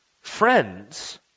Friends